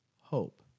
hope